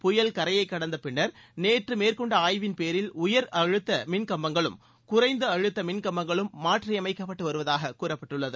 புயல் கரையைக் கடந்த பின்னர் நேற்று மேற்கொண்ட ஆய்வின் பேரில் உயர் அழுத்த மின் கம்பங்களும் குறைந்த அழுத்த மின்கம்பங்களும் மாற்றியமைக்கப்பட்டு வருவதாக கூறியுள்ளது